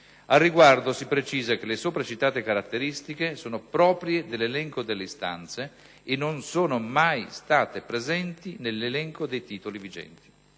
Al riguardo, si precisa che le sopra citate caratteristiche sono proprie dell'elenco delle istanze e non sono mai state presenti nell'elenco dei titoli vigenti.